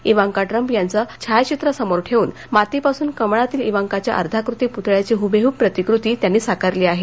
Ivanka Trump यांचे छायाचित्र समोर ठेवून मातीपासून कमळातील ईवांकाच्या अर्धाकृती प्तळ्याची हबेहब प्रतिकृती त्यांनी साकारली आहे